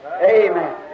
Amen